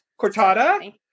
Cortada